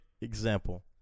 example